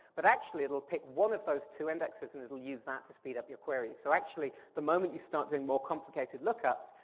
but actually, it'll pick one of those two indexes and it'll use that to speed up query. so actually, the moment you start doing more complicated lookups,